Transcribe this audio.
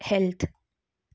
health